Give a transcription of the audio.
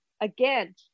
again